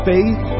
Faith